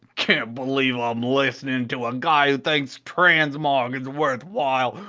can't believe i'm listenin to a guy who thinks transmog is worthwhile.